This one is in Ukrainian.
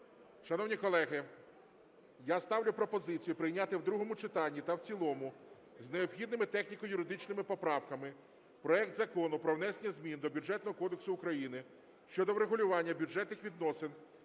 Шановні колеги, я ставлю пропозицію прийняти в другому читанні та в цілому з необхідними техніко-юридичними поправками проект Закону про внесення змін до Бюджетного кодексу України щодо врегулювання бюджетних відносин